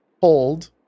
hold